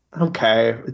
Okay